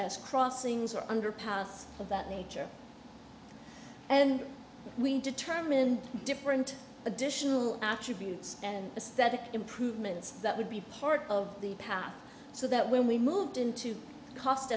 as crossings or underpass of that nature and we determined different additional attributes and a static improvements that would be part of the path so that when we moved into cost